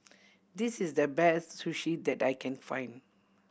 this is the best Sushi that I can find